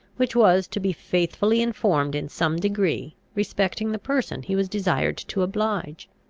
which was to be faithfully informed in some degree respecting the person he was desired to oblige.